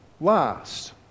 last